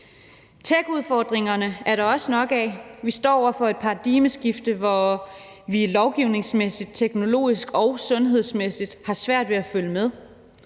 Techudfordringer er der også nok af. Vi står over for et paradigmeskifte, hvor vi lovgivningsmæssigt, teknologisk og sundhedsmæssigt har svært ved at følge med.